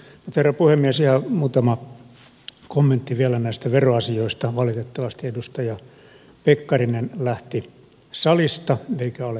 mutta herra puhemies ihan muutama kommentti vielä näistä veroasioista valitettavasti edustaja pekkarinen lähti salista eikä ole paikalla